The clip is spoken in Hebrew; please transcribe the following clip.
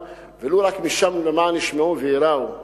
ולו רק למען ישמעו וייראו,